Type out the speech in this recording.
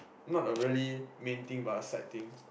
not a really main thing but a side thing